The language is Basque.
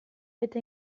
eta